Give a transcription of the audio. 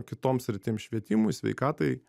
kitom sritim švietimui sveikatai